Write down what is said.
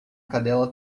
cadela